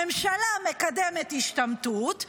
הממשלה מקדמת השתמטות,